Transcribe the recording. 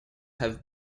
have